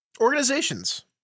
Organizations